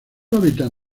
hábitat